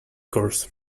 course